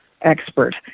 expert